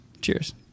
Cheers